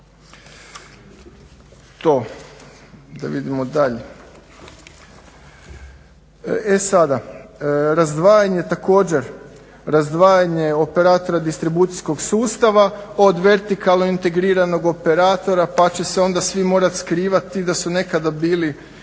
Da vidimo dalje. E sada, razdvajanje također, razdvajanje operatora distribucijskog sustava od vertikalno integriranog operatora pa će se onda svi morati skrivati da su nekada bili